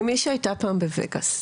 כמי שהייתה פעם בווגאס,